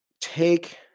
take